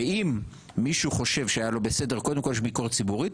ואם מישהו חושב שהיה לא בסדר יש ביקורת ציבורית.